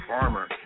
Farmer